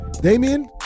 Damien